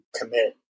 commit